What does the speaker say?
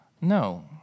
No